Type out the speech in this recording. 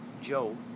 Joe